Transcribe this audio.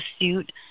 suit